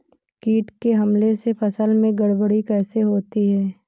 कीट के हमले से फसल में गड़बड़ी कैसे होती है?